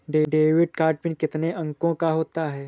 Debit card PIN कितने अंकों का होता है?